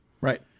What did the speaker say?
Right